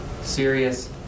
serious